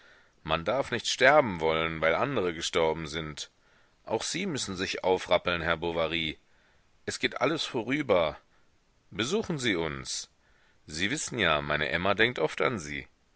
man darf nicht sterben wollen weil andere gestorben sind auch sie müssen sich aufrappeln herr bovary es geht alles vorüber besuchen sie uns sie wissen ja meine emma denkt oft an sie